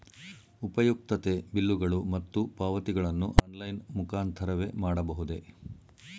ಉಪಯುಕ್ತತೆ ಬಿಲ್ಲುಗಳು ಮತ್ತು ಪಾವತಿಗಳನ್ನು ಆನ್ಲೈನ್ ಮುಖಾಂತರವೇ ಮಾಡಬಹುದೇ?